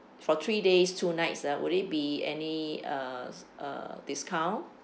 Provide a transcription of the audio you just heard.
for three days two nights ah would it be any uh uh discount